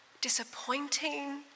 disappointing